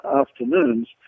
afternoons